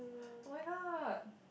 why not